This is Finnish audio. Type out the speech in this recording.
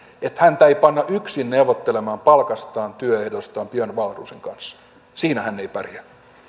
että häntä ei panna yksin neuvottelemaan palkastaan työehdoistaan björn wahlroosin kanssa siinä hän ei pärjää